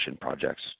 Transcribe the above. projects